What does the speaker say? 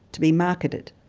to be marketed.